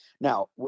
Now